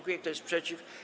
Kto jest przeciw?